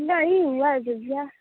नहीं है भैया